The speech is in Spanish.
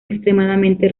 extremadamente